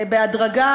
בהדרגה,